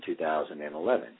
2011